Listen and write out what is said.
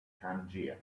tangier